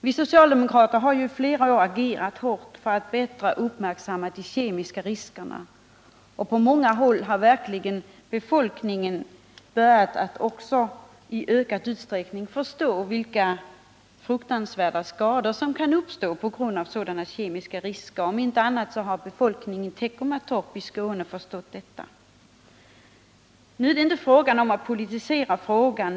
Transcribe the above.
Vi socialdemokrater har i flera år agerat hårt för att de kemiska riskerna bättre skall uppmärksammas. På många håll har också befolkningen i ökad utsträckning börjat förstå vilka fruktansvärda skador som kan uppstå av kemiska medel. Om inte annat så har befolkningen i Teckomatorp i Skåne förstått detta. Nu är inte avsikten att politisera denna fråga.